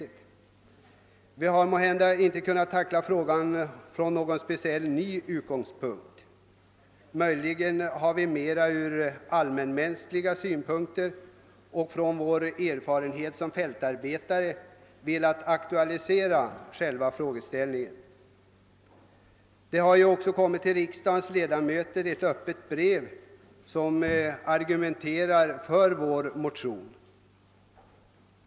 Måhända har vi därvid inte kunna tackla frågan från någon helt ny utgångspunkt; vi har väl mera utgått från allmänmänskliga synpunkter och aktualiserat problemen från vår erfarenhet av arbetet ute på fältet. Till riksdagens ledamöter har i denna fråga också kommit ett öppet brev som argumenterar för vår motion.